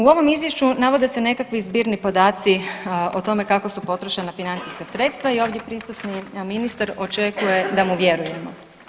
U ovom izvješću navode se nekakvi zbirni podaci o tome kako su potrošena financijska sredstva i ovdje prisutni ministar očekuje da mu vjerujemo.